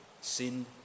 sin